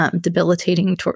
debilitating